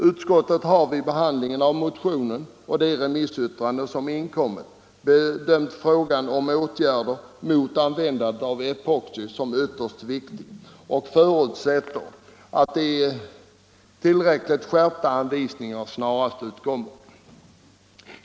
Utskottet har vid behandlingen av motionen och de remissyttranden som inkommit bedömt frågan om åtgärder mot användandet av epoxi som ytterst viktig och förutsätter att tillräckligt skärpta anvisningar snarast utkommer.